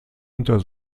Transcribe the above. unter